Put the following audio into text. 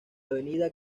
avenida